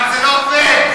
אבל זה לא עובד.